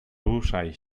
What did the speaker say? ruszaj